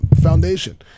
foundation